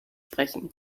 sprechen